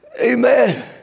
Amen